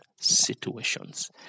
situations